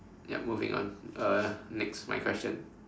yup moving on uh next my question